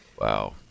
Wow